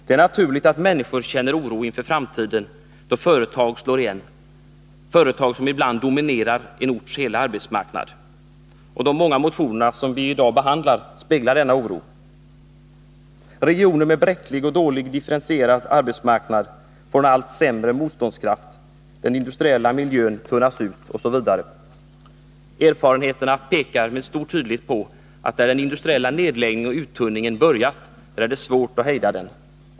Det är naturligt att människor känner oro inför framtiden, då företag slår igen — företag som ibland dominerar en orts hela arbetsmarknad. De många motionerna som vi i dag behandlar speglar denna oro. Regioner med en bräcklig och dåligt differentierad arbetsmarknad får allt sämre motståndskraft, den industriella miljön tunnas ut osv. Erfarenheterna pekar med stor tydlighet på att där den industriella nedläggningen och uttunningen börjat, där är det svårt att hejda den.